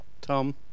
Tom